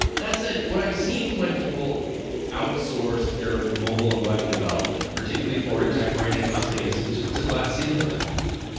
that said, what i've seen when people outsource their mobile and web development, particularly for a tech-oriented company, is that just put a glass ceiling on the company.